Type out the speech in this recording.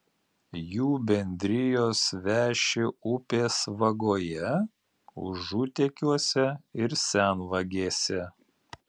jų bendrijos veši upės vagoje užutekiuose ir senvagėse